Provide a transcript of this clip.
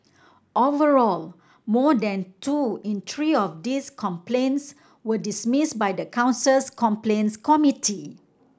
overall more than two in three of these complaints were dismissed by the council's complaints committee